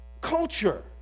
Culture